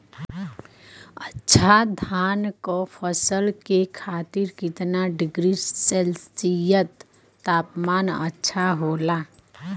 अच्छा धान क फसल के खातीर कितना डिग्री सेल्सीयस तापमान अच्छा होला?